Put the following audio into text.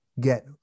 get